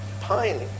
pining